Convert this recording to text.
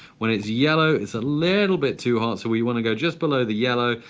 when it's yellow it's a little bit too hot so we wanna go just below the yellow.